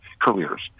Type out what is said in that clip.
careers